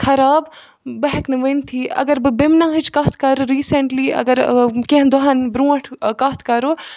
خراب بہٕ ہیٚکہٕ نہٕ ؤنتھی اگر بہٕ بیمنہ ہٕچ کتھ کرٕ ریٖسَنٹلی اگر کینٛہہ دۄہن برونٛٹھ کتھ کرو